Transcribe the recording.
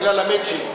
בגלל המצ'ינג.